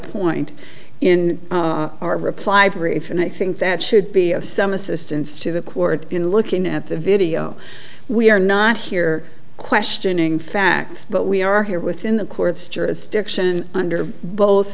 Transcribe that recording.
point in our reply brief and i think that should be of some assistance to the court in looking at the video we are not here questioning facts but we are here within the court's jurisdiction under both